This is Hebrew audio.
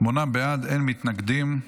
שמונה בעד, אין מתנגדים.